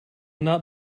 not